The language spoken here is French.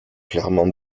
clairement